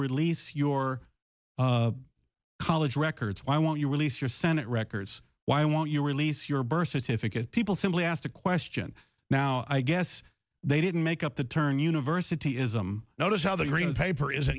release your college records why won't you release your senate records why won't you release your birth certificate people simply asked a question now i guess they didn't make up the term university ism notice how the green paper is